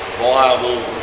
viable